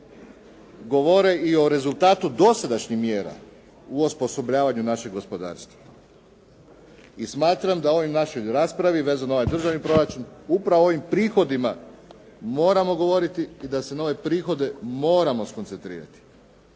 govore i o rezultati dosadašnjih mjera u osposobljavanju našeg gospodarstva. I smatram da u ovoj našoj raspravi vezano za ovaj državni proračun upravo o ovim prihodima moramo govoriti i da se na ove prihode moramo koncentrirati